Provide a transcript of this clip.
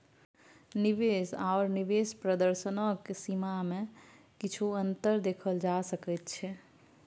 निवेश आओर निवेश प्रदर्शनक सीमामे किछु अन्तर देखल जा सकैत छै